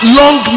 long